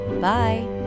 Bye